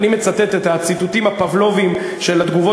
אני מצטט את הציטוטים הפבלוביים של התגובות